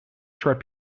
short